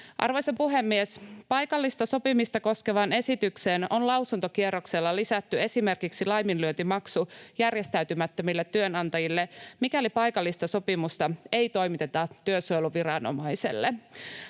Arvoisa puhemies! Paikallista sopimista koskevaan esitykseen on lausuntokierroksella lisätty esimerkiksi laiminlyöntimaksu järjestäytymättömille työnantajille, mikäli paikallista sopimusta ei toimiteta työsuojeluviranomaiselle.